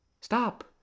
Stop